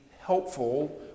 helpful